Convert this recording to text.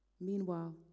Meanwhile